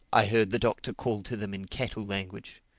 i heard the doctor call to them in cattle language.